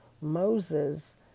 Moses